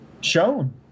shown